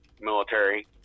military